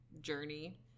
journey